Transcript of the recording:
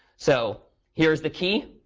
so here's the key,